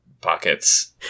pockets